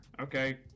okay